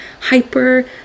hyper